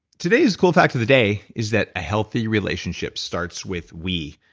today's cool fact of the day is that a healthy relationship starts with we.